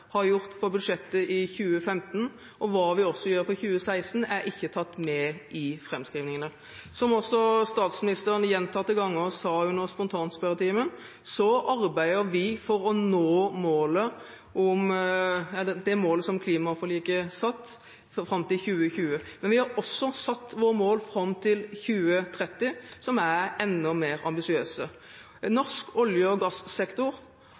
har gjort for budsjettet i 2015, og hva vi også gjør for 2016, er ikke tatt med i framskrivingene. Som også statsministeren gjentatte ganger sa under spontanspørretimen, arbeider vi for å nå det målet som klimaforliket satte fram til 2020. Men vi har også satt oss mål fram mot 2030 som er enda mer ambisiøse. Norsk olje- og gassektor